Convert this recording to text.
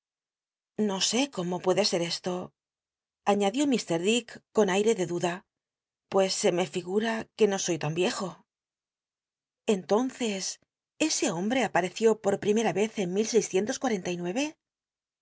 no sé cómo puede ser eslo añadió k dick con aire de duela pues se me figura que no soy tan viejo entonces coc bombj c a ar eció por paimea l ez en